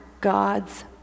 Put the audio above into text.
God's